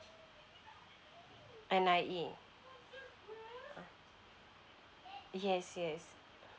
N_I_E yes yes